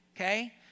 okay